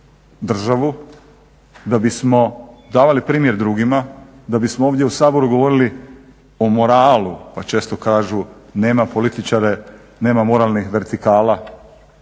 da bismo davali primjer drugima, da bismo ovdje u Saboru govorili o moralu. Pa često kažu nema političara, nema moralnih vertikala.